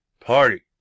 Party